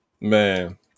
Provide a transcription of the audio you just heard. Man